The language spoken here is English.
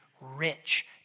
rich